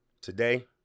today